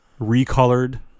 recolored